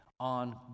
on